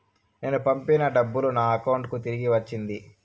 నేను పంపిన డబ్బులు నా అకౌంటు కి తిరిగి వచ్చింది